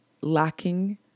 lacking